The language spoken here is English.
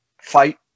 fight